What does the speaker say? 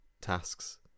tasks